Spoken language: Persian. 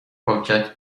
پاکت